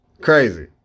Crazy